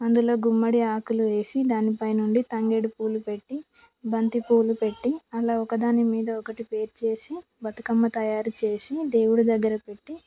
అందులో గుమ్మడి ఆకులు వేసి దాని పైనుండి తంగేడు పూలు పెట్టి బంతి పూలు పెట్టి అలా ఒక దాని మీద ఒకటి పేర్చి బతుకమ్మ తయారు చేసి దేవుడి దగ్గర పెట్టి